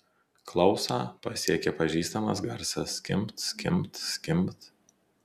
klausą pasiekė pažįstamas garsas skimbt skimbt skimbt